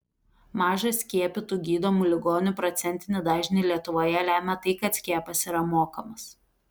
mažą skiepytų gydomų ligonių procentinį dažnį lietuvoje lemia tai kad skiepas yra mokamas